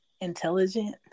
intelligent